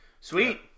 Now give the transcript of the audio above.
sweet